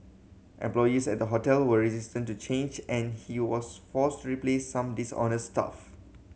employees at the hotel were resistant to change and he was forced to replace some dishonest staff